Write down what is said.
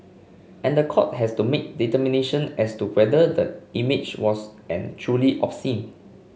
and the court has to make determination as to whether the image was and truly obscene